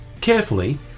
carefully